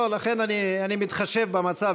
לא, לכן אני מתחשב במצב.